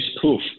proof